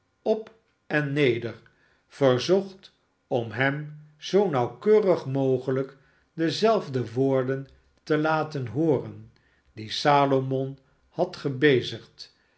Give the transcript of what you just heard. op en neder verzocht om hem zoo nauwkeurig mogelijk dezelfde woorden te laten hooren die salomon had